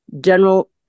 General